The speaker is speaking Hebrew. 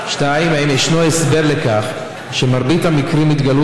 2. האם ישנו הסבר לכך שמרבית המקרים התגלו